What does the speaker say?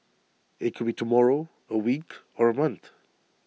IT could be tomorrow A week or A month